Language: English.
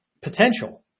potential